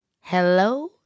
Hello